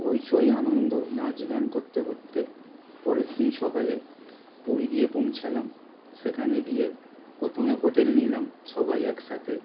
হইচই আনন্দ নাচ গান করতে করতে পরের দিন সকালে পুরী গিয়ে পৌঁছালাম সেখানে গিয়ে প্রথমে হোটেল নিলাম সবাই একসাথে